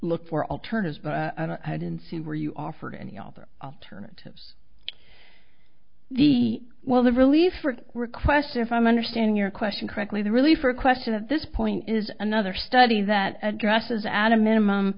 look for alternatives but i didn't see were you offered any other alternatives the well the relief or request if i understand your question correctly the relief or question at this point is another study that addresses add a minimum